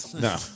No